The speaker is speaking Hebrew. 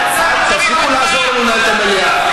תפסיקו לעזור לי לנהל את המליאה.